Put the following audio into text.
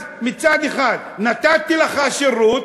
אז מצד אחד נתתי לך שירות,